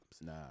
Nah